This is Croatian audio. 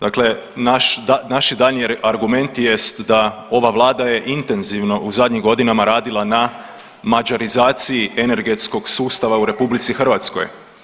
Dakle, naš, naši daljnji argument jest da ova vlada je intenzivno u zadnjim godinama radila na mađarizaciji energetskog sustava u RH.